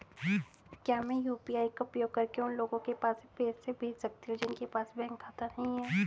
क्या मैं यू.पी.आई का उपयोग करके उन लोगों के पास पैसे भेज सकती हूँ जिनके पास बैंक खाता नहीं है?